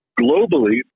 globally